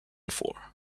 for